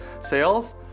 sales